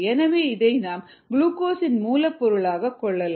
எனவே இதை நாம் குளுக்கோசின் மூலப் பொருளாகக் கொள்ளலாம்